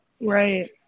right